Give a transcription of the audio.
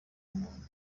muntu